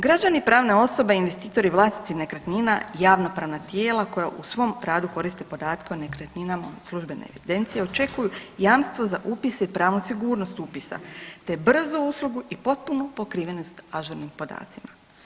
Građani i pravne osobe, investitori i vlasnici nekretnina, javnopravna tijela koja u svom radu koriste podatke o nekretninama u službene evidencije očekuju jamstvo za upise i pravnu sigurnost upisa te brzu uslugu i potpunu pokrivenost ažurnim podacima.